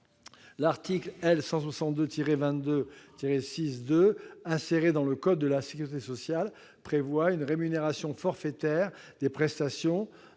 L'article L. 162-22-6-2 inséré dans le code de la sécurité sociale prévoit une rémunération forfaitaire des prestations,